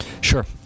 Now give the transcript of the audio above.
Sure